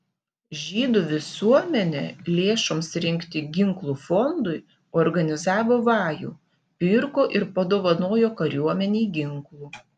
žydų visuomenė lėšoms rinkti ginklų fondui organizavo vajų pirko ir padovanojo kariuomenei ginklų